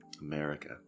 america